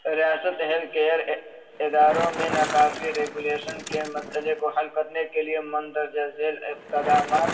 ریاست health care اداروں میں ناکافی ریگولیشن کے مسئلے کو حل کرنے کے لیے مندرجہ ذیل اقتدامات